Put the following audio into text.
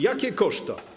Jakie koszta?